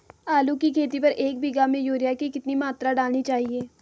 आलू की खेती पर एक बीघा में यूरिया की कितनी मात्रा डालनी चाहिए?